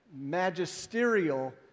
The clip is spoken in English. magisterial